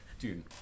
Dude